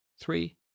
three